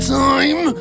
time